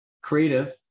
creative